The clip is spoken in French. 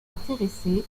intéressé